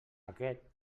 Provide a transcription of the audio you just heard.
aquest